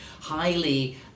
highly